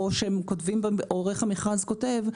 עורך המכרז כותב: